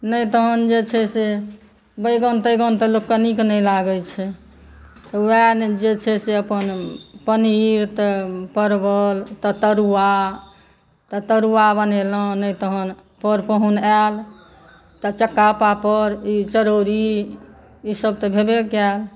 नहि तहन जे छै से बैगन तैगन तऽ लोकके नीक नहि लागै छै तऽ वएह जे छै से अपन पनीर तऽ परवल तऽ तरुआ तऽ तरुआ बनेलहुँ नहि तऽ तहन पर पाहुन आयल तऽ चक्का पापड़ चरौड़ी ई सभ तऽ भेवे कयल